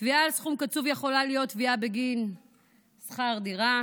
תביעה על סכום קצוב יכולה להיות תביעה בגין שכר דירה